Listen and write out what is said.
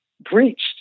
breached